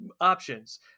options